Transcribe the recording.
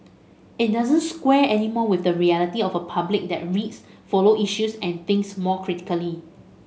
it doesn't square anymore with the reality of a public that reads follow issues and thinks more critically